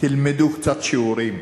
תלמדו קצת שיעורים,